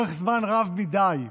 זמן רב מדי.